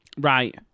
Right